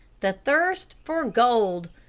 the thirst for gold.